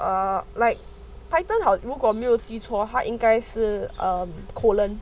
err like python 好如果没有记错话应该是 um colon